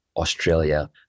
Australia